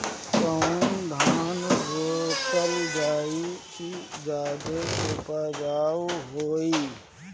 कौन धान रोपल जाई कि ज्यादा उपजाव होई?